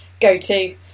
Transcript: go-to